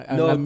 no